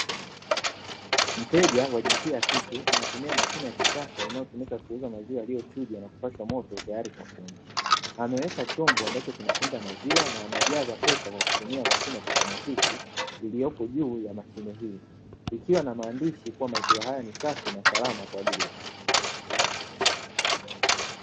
Mteja wa jinsia ya kike anatumia mashine ya kisasa inayotumika kuuza maziwa yaliyochujwa na kupashwa moto tayari kwa kunywa. Ameweka chombo ambacho kinakinga maziwa na anajaza pesa kwa kutumia mashine ya kiautomatiki iliyopo juu ya mashine hii. Ikiwa na maandishi kuwa maziwa hapo ni safi na salama kwa ajili ya afya.